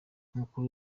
umukuru